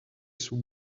sous